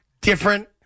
different